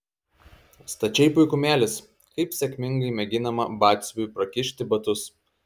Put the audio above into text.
stačiai puikumėlis kaip sėkmingai mėginama batsiuviui prakišti batus